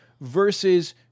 versus